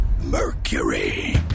Mercury